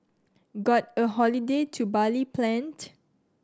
got a holiday to Bali planned